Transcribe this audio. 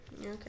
Okay